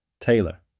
Taylor